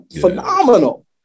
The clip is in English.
phenomenal